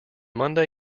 monday